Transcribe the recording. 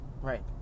right